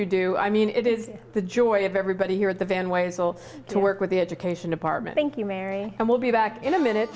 you do i mean it is the joy of everybody here at the van ways will to work with the education department thank you mary and we'll be back in a minute